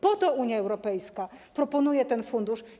Po to Unia Europejska proponuje ten fundusz.